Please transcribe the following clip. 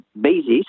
basis